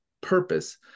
purpose